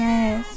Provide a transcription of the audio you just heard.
Yes